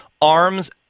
Arms